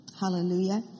Hallelujah